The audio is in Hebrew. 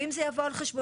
ואם זה יבוא על חשבונם,